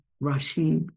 Rashid